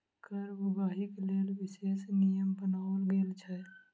कर उगाहीक लेल विशेष नियम बनाओल गेल छै